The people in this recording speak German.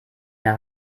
der